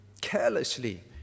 carelessly